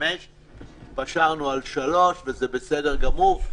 חמש שנים והתפשרנו על שלוש, וזה בסדר גמור.